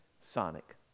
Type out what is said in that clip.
Sonic